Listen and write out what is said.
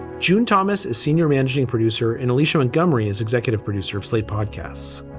june thomas is senior managing producer and alicia montgomery is executive producer of slate podcasts.